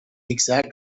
exact